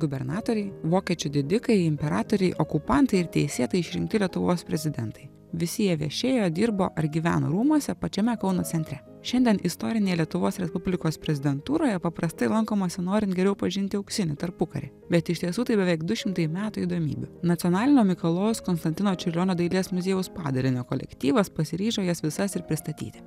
gubernatoriai vokiečių didikai imperatoriai okupantai ir teisėtai išrinkti lietuvos prezidentai visi jie viešėjo dirbo ar gyveno rūmuose pačiame kauno centre šiandien istorinėje lietuvos respublikos prezidentūroje paprastai lankomasi norint geriau pažinti auksinį tarpukarį bet iš tiesų tai beveik du šimtai metų įdomybių nacionalinio mikalojaus konstantino čiurlionio dailės muziejaus padarinio kolektyvas pasiryžo jas visas ir pristatyti